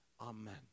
amen